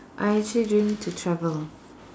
I actually dream to travel